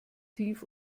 tief